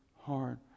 hard